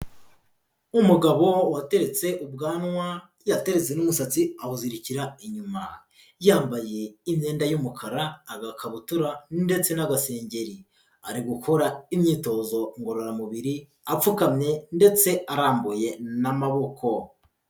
Umugabo wateretse ubwanwa yateretse n'umusatsi awuzirikira inyuma, yambaye imyenda y'umukara, agakabutura ndetse n'agasengeri, ari gukora imyitozo ngororamubiri, apfukamye ndetse arambuye n'amaboko.